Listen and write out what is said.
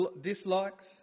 dislikes